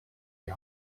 die